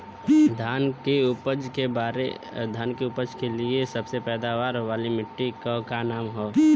धान की उपज के लिए सबसे पैदावार वाली मिट्टी क का नाम ह?